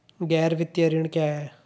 गैर वित्तीय ऋण क्या है?